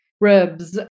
ribs